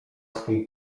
swój